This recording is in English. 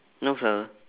no fur